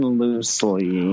loosely